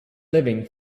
living